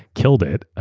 killed it.